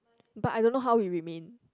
but I don't know how it remain